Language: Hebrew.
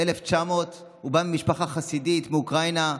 1900. הוא בא ממשפחה חסידית מאוקראינה,